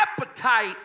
appetite